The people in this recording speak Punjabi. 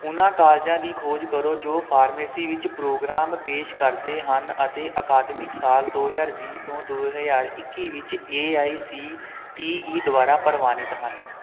ਉਹਨਾਂ ਕਾਲਜਾਂ ਦੀ ਖੋਜ ਕਰੋ ਜੋ ਫਾਰਮੇਸੀ ਵਿੱਚ ਪ੍ਰੋਗਰਾਮ ਪੇਸ਼ ਕਰਦੇ ਹਨ ਅਤੇ ਅਕਾਦਮਿਕ ਸਾਲ ਦੋ ਹਜ਼ਾਰ ਵੀਹ ਤੋਂ ਦੋ ਹਜ਼ਾਰ ਇੱਕੀ ਵਿੱਚ A I C T E ਦੁਆਰਾ ਪ੍ਰਵਾਨਿਤ ਹਨ